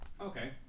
Okay